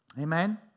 Amen